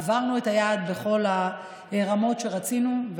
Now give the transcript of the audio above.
עברנו את היעד בכל הרמות שרצינו,